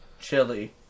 chili